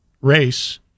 race